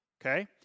okay